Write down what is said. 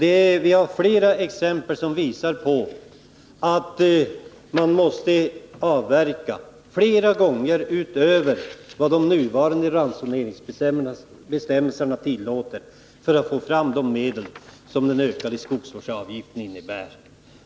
Det finns ytterligare exempel som visar på att man måste avverka flera gånger utöver vad de nuvarande ransoneringsbestämmelserna tillåter för att få fram de medel som den ökade skogsvårdsavgiften kräver.